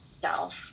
self